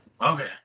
Okay